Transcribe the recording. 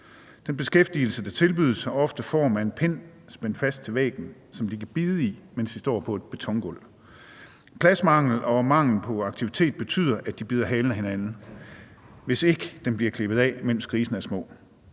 Den beskæftigelse, der tilbydes, har ofte form af en pind spændt fast til væggen, som de kan bide i, mens de står på et betongulv. Pladsmangel og mangel på aktivitet betyder, at de bider halen af hinanden, hvis ikke den bliver klippet af, mens grisene er små.